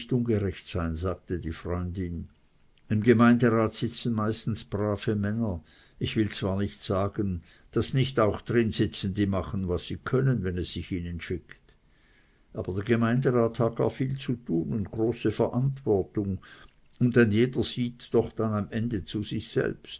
ungerecht sein sagte die freundin am gemeindrat sitzen meistens brave männer ich will zwar nicht sagen daß nicht auch drin sitzen die machen was sie können wenn es sich ihnen schickt aber der gemeindrat hat gar viel zu tun und große verantwortung und ein jeder sieht doch dann am ende zu sich selbst